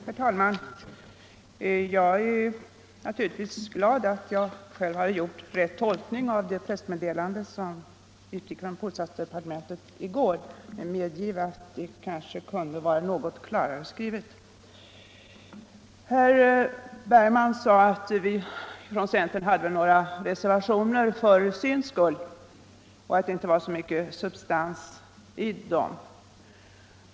Herr talman! Jag är naturligtvis glad för att jag har riktigt tolkat det pressmeddelande som utgick från bostadsdepartementet i går, men medgiv att det kunde ha varit något klarare skrivet! Herr Bergman sade att vi i centern hade några reservationer ”för syns skull” och att det inte var mycket substans i dem.